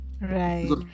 Right